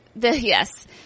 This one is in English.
Yes